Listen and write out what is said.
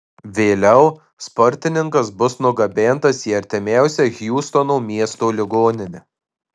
vėliau sportininkas bus nugabentas į artimiausią hjustono miesto ligoninę